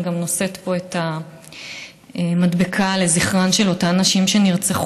אני גם נושאת פה את המדבקה לזכרן של אותן נשים שנרצחו.